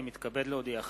הנני מתכבד להודיעכם,